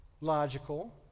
logical